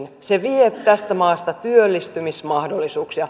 se vie tästä maasta työllistymismahdollisuuksia